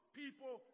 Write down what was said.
people